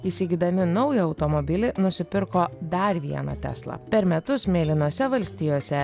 įsigydami naują automobilį nusipirko dar vieną teslą per metus mėlynose valstijose